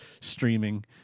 streaming